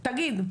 תגיד.